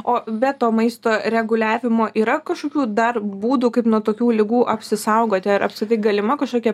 o be to maisto reguliavimo yra kažkokių dar būdų kaip nuo tokių ligų apsisaugoti ar apskritai galima kažkokia